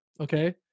okay